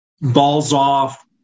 balls-off